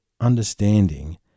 understanding